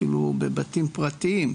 אפילו בבתים פרטיים,